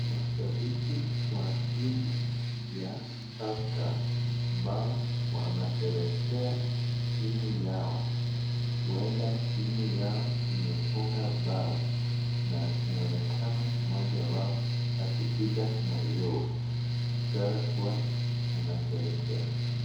Mashabiki wa timu ya Tusker ambao wanasherehekea timu yao, huenda timu yao imefunga bao na inaonekana moja wao akipiga mayowe ishara kuwa anasherehekea.